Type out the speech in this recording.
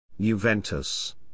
Juventus